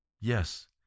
Yes